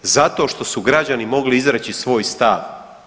Zato što su građani mogli izreći svoj stav.